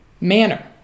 manner